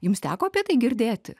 jums teko apie tai girdėti